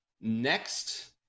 next